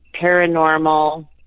paranormal